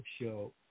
show